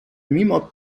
mimo